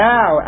Now